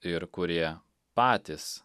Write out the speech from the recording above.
ir kurie patys